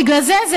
בגלל זה,